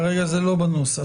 כרגע זה לא בנוסח.